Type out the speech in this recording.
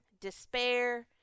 despair